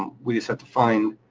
we just have to find,